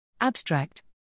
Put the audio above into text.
Abstract